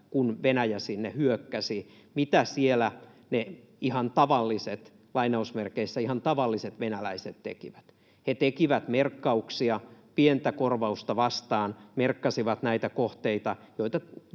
kun Venäjä sinne hyökkäsi. Mitä siellä ne ”ihan tavalliset” venäläiset tekivät. He tekivät merkkauksia pientä korvausta vastaan, merkkasivat näitä kohteita, joita